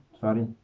Sorry